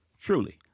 Truly